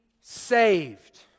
saved